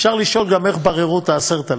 אפשר לשאול גם איך בררו את ה-10,000.